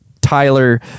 Tyler